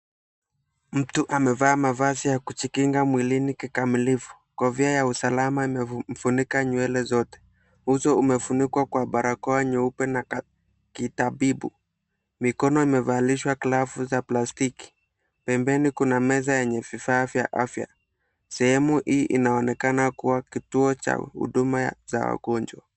Mtu amevaa mavazi ya kujikinga mwilini kikamilifu. Kofia ya usalama imemfunika nywele zote. Uso ameufunika kwa barakoa nyeupe la kitabibu. Mikono imevalishwa glavu za plastiki. Pembeni kuna meza yenye vifaa vya afya. Sehemu hii inaonekana kuwa kituo cha huduma za wagonjwa.